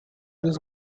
this